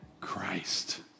Christ